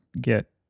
get